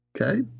Okay